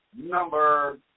number